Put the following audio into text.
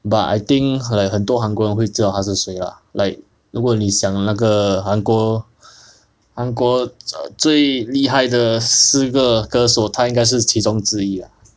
but I think 很多很多韩国人会知道他是谁 lah like 如果你想那个韩国韩国最厉害的四个歌手他应该是其中之一 lah